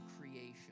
creation